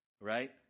Right